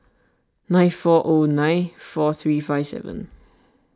nine four zero nine four three five seven